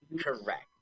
correct